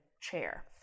chair